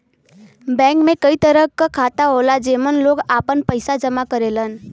bank में कई तरह क खाता होला जेमन लोग आपन पइसा जमा करेलन